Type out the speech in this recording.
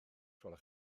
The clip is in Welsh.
gwelwch